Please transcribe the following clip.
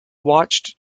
watched